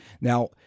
Now